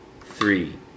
three